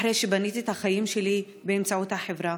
אחרי שבניתי את החיים שלי באמצעות החברה.